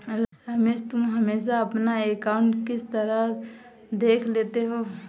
रमेश तुम हमेशा अपना अकांउट किस तरह देख लेते हो?